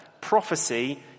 prophecy